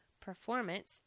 performance